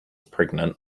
pregnant